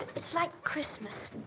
it's like christmas,